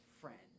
friend